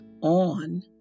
on